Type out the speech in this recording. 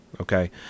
Okay